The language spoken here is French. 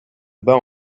bat